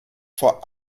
vor